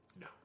No